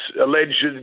alleged